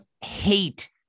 hate